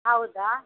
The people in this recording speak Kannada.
ಹೌದಾ